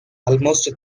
almost